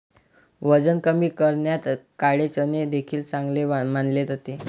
वजन कमी करण्यात काळे चणे देखील चांगले मानले जाते